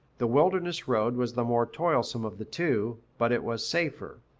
the wilderness road was the more toilsome of the two, but it was safer,